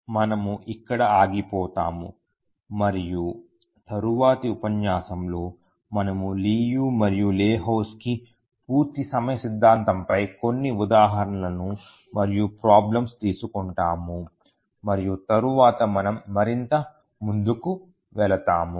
మనము ఇక్కడ ఆగిపోతాము మరియు తరువాతి ఉపన్యాసంలో మనము లియు మరియు లెహోజ్కీ పూర్తి సమయ సిద్ధాంతం పై కొన్ని ఉదాహరణలు మరియు ప్రాబ్లమ్స్ తీసుకుంటాము మరియు తరువాత మనము మరింత ముందుకు వెళ్తాము